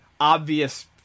obvious